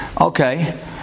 Okay